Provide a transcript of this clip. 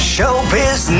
Showbiz